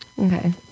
Okay